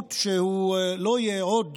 עימות שהוא לא יהיה עוד